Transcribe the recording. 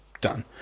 done